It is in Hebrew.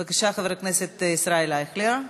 בבקשה, חבר הכנסת ישראל אייכלר.